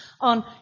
on